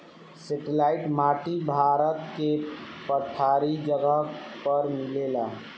satellite माटी भारत के पठारी जगह पर मिलेला